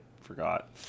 forgot